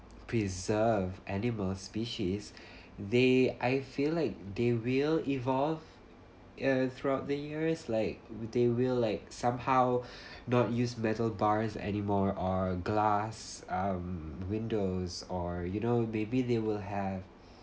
preserved animal species they I feel like they will evolve uh throughout the years like they will like somehow not use metal bars anymore or glass um windows or you know maybe they will have have